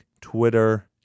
Twitter